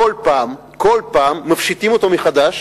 בכל פעם, בכל פעם, מפשיטים אותו מחדש